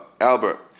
Albert